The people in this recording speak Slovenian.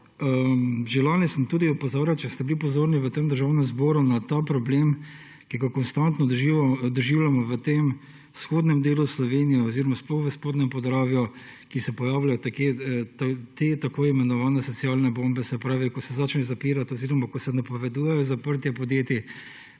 Če ste bili pozorni, sem že lani v Državnem zboru tudi opozoril na ta problem, ki ga konstantno doživljamo v tem vzhodnem delu Slovenije oziroma sploh v Spodnjem Podravju, kjer se pojavljajo te tako imenovane socialne bombe. Se pravi, ko se začne zapirati oziroma ko se napovedujejo zaprtja podjetij,